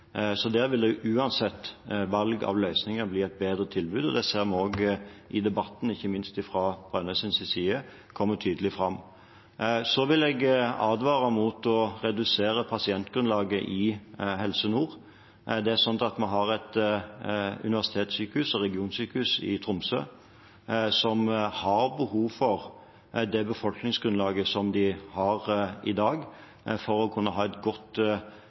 Så der vil det, uansett valg av løsninger, bli et bedre tilbud. Det ser vi også i debatten – ikke minst fra Brønnøysunds side – kommer tydelig fram. Så vil jeg advare mot å redusere pasientgrunnlaget i Helse Nord. Vi har et universitetssykehus og regionssykehus i Tromsø som har behov for det befolkningsgrunnlaget som de har i dag, for å kunne ha et godt,